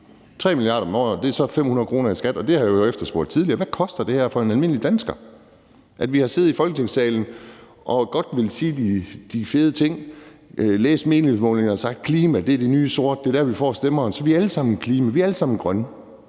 3 mia. kr. om året er så 500 kr. i skat, og det har jeg jo efterspurgt svar på tidligere: Hvad koster det her for en almindelig dansker? Vi har siddet i Folketingssalen og har godt villet sige de fede ting Vi har læst meningsmålingerne og har sagt, at klima er det nye sorte, så det er dér, vi får stemmerne. Så vi er alle sammen for klimaet, vi er alle sammen grønne.